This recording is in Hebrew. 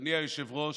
אדוני היושב-ראש,